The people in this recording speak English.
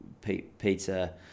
pizza